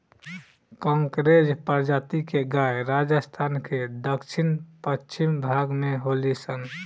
कांकरेज प्रजाति के गाय राजस्थान के दक्षिण पश्चिम भाग में होली सन